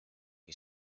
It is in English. who